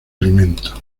alimento